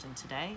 today